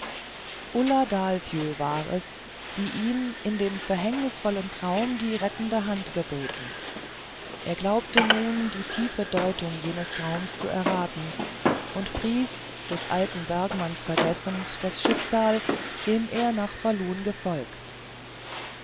ulla dahlsjö war es die ihm in dem verhängnisvollen traum die rettende hand geboten er glaubte nun die tiefe deutung jenes traums zu erraten und pries des alten bergmanns vergessend das schicksal dem er nach falun gefolgt